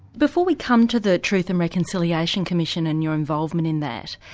before we come to the truth and reconciliation commission and your involvement in that,